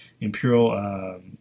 imperial